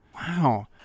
Wow